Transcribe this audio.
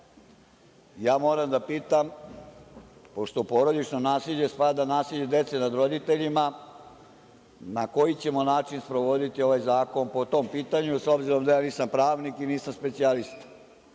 moram da pitam, pošto porodično nasilje spada i nasilje dece nad roditeljima, na koji ćemo način sprovoditi ovaj zakon po tom pitanju, s obzirom da ja nisam pravnik i nisam specijalista?